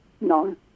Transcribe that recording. No